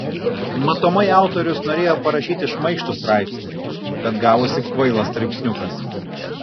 matomai autorius norėjo parašyti šmaikštų straipsnį bet gavosi kvailas straipsniukas